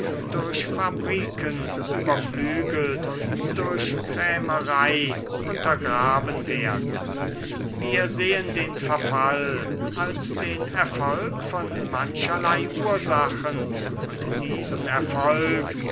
durch fabriken überflügelt durch krämerei untergraben werden wir sehen den verfall als den erfolg von mancherlei ursachen und diesen erfolg